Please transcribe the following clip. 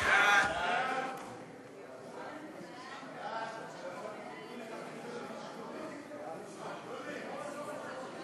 ההצעה להעביר את הצעת חוק